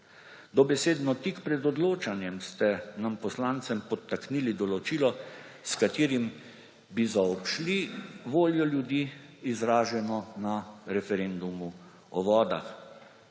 Dobesedno tik pred odločanjem ste nam, poslancem podtaknili določilo, s katerim bi zaobšli voljo ljudi, izraženo na referendumu o vodah.